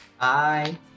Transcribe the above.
bye